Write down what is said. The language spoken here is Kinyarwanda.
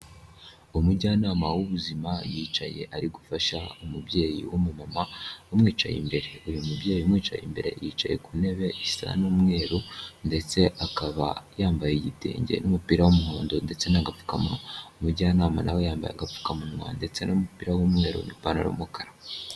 Umujyanama w'ubuzima yicaye ari gufasha umubyeyi w'umumama umwicaye imbere. Uyu mubyeyi umwicaye imbere yicaye ku ntebe isa n'umweru ndetse akaba yambaye igitenge n'umupira w'umuhondo ndetse n'agapfukamunwa. Umujyanama na we yambaye agapfukamunwa ndetse n'umupira w'umweru n'ipantaro y'umukara.